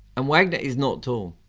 and wagner is not tall.